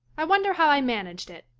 i wonder how i managed it?